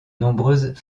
nombreuses